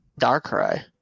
Darkrai